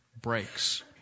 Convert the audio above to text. breaks